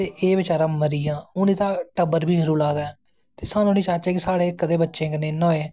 ते एह् बचैरा मरी गेआ ते हून एह्दा टब्बर बी बचैरा रुला दा ऐ ते साह्नू नी चांह्दे कि साढ़े बच्चें कन्नैं कदैं इयां होऐ